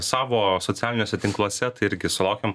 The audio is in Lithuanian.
savo socialiniuose tinkluose tai irgi sulaukėm